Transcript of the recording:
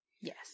Yes